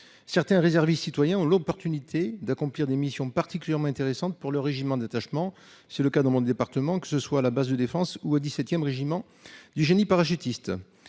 certains réservistes citoyens ont l'opportunité d'accomplir des missions particulièrement intéressante pour le régime en détachement. C'est le cas dans mon département, que ce soit la base de Défense ou au 17ème régiment du génie parachutiste